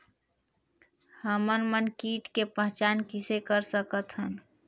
हमन मन कीट के पहचान किसे कर सकथन?